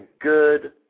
good